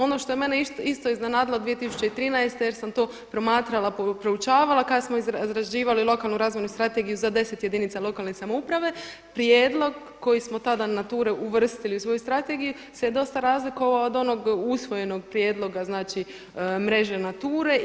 Ono što je mene isto iznenadilo 2013. jer sam to promatrala, proučavala kad smo razrađivali lokalnu razvojnu strategiju za deset jedinica lokalne samouprave prijedlog koji smo tada NATURA uvrstili u svoju strategiju se je dosta razlikovao od onog usvojenog prijedloga, znači mreže NATURA-e.